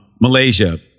Malaysia